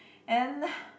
and